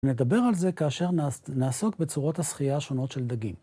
נדבר על זה כאשר נעסוק בצורות השחייה השונות של דגים.